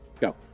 Go